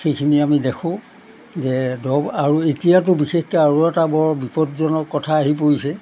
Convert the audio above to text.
সেইখিনি আমি দেখোঁ যে দ আৰু এতিয়াতো বিশেষকৈ আৰু এটা বৰ বিপদজনক কথা আহি পৰিছে